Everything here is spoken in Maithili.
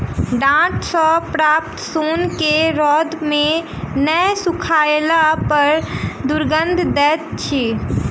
डांट सॅ प्राप्त सोन के रौद मे नै सुखयला पर दुरगंध दैत अछि